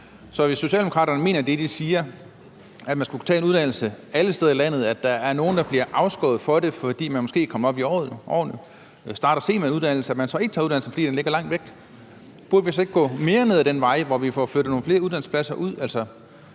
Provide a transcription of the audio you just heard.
Så hvis Socialdemokraterne mener det, de siger, om, at man skal kunne tage en uddannelse alle steder i landet, og at der er nogle, der bliver afskåret fra det, fordi de måske har ventet med at tage en uddannelse og er kommet op i årene og derfor ikke tager en uddannelse, fordi den ligger langt væk, burde vi så ikke gå længere ned og den vej, hvor vi får flyttet nogle flere uddannelsespladser ud?